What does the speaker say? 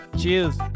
Cheers